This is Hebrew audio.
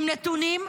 עם נתונים,